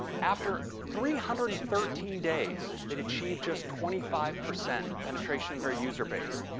after three hundred and thirteen days, it achieved just twenty five percent penetration of our user-base.